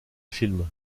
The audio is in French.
film